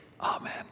Amen